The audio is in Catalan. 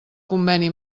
conveni